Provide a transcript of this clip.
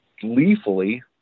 gleefully